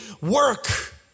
work